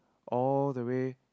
all the way